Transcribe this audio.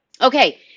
Okay